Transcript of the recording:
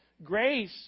Grace